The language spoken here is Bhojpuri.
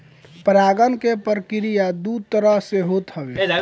परागण के प्रक्रिया दू तरह से होत हवे